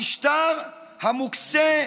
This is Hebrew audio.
המשטר המוקצה,